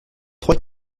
trois